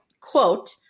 quote